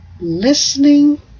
Listening